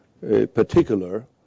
particular